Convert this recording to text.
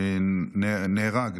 נהרג,